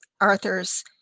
Arthur's